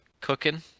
cooking